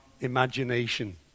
imagination